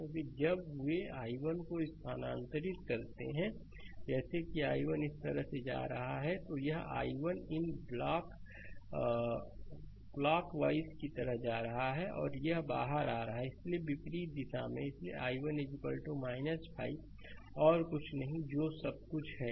क्योंकि जब वे i1 को स्थानांतरित करते हैं जैसे कि i1 इस तरह से जा रहा है तो यह i1 इन ब्लॉक वाइज की तरह जा रहा है और यह बाहर आ रहा है इसलिए विपरीत दिशा में है इसलिए i1 5 और कुछ नहीं जो सब कुछ है